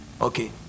okay